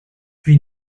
wie